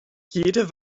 jede